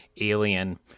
alien